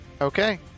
Okay